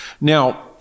Now